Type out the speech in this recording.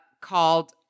called